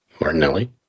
Martinelli